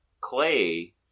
Clay